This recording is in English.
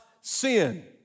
sin